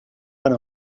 when